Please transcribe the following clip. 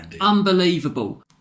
Unbelievable